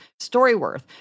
StoryWorth